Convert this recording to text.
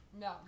No